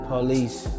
Police